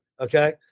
okay